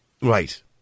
Right